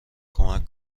کمک